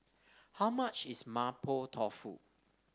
how much is Mapo Tofu